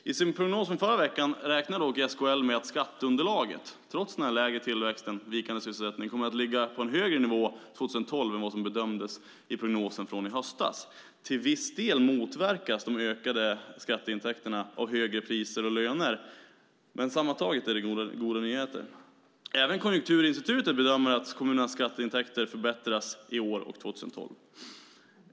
I sin prognos från förra veckan räknar dock SKL med att skatteunderlaget, trots lägre tillväxt och vikande sysselsättning, kommer att ligga på en högre nivå 2012 än vad som bedömdes i prognosen från i höstas. Till viss del motverkas de ökade skatteintäkterna av högre priser och löner, men sammantaget är det goda nyheter. Även Konjunkturinstitutet bedömer att kommunernas skatteintäkter förbättras i år och 2012.